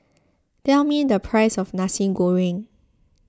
tell me the price of Nasi Goreng